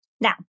Now